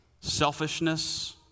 selfishness